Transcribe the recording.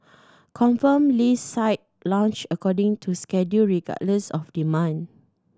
confirmed list site launched according to schedule regardless of demand